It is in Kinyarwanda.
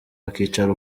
bakicara